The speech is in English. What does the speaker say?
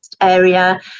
area